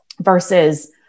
versus